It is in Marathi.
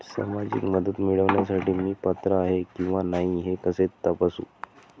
सामाजिक मदत मिळविण्यासाठी मी पात्र आहे किंवा नाही हे कसे तपासू?